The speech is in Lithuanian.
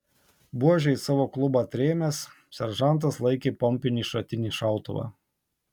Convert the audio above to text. buože į savo klubą atrėmęs seržantas laikė pompinį šratinį šautuvą